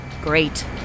Great